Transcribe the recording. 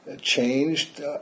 changed